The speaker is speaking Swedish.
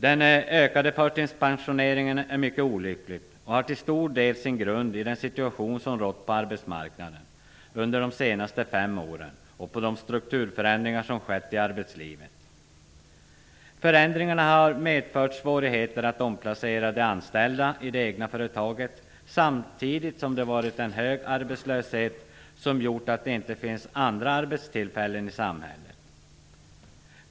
Den ökade förtidspensioneringen är mycket olycklig och har till stor del sin grund i den situation som rått på arbetsmarknaden under de senaste fem åren och på de strukturförändringar som skett i arbetslivet. Förändringarna har medfört svårigheter att omplacera de anställda i det egna företaget samtidigt som det har varit en hög arbetslöshet, vilket har gjort att det inte funnits andra arbetstillfällen i samhället.